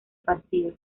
partido